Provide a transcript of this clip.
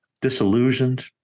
disillusioned